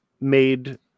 made